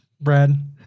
Brad